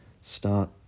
Start